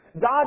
God